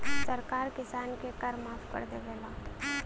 सरकार किसान क कर माफ कर देवला